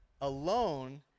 alone